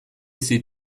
sie